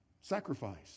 sacrifice